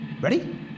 Ready